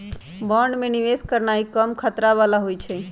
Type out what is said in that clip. bond में निवेश करनाइ कम खतरा बला होइ छइ